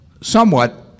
somewhat